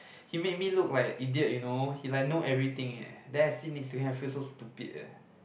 he made me look like idiot you know he like know everything eh then I sit next to him I feel so stupid eh